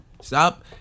Stop